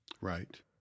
Right